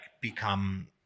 become